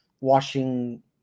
washing